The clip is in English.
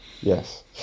Yes